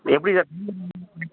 எப்படி சார்